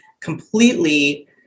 completely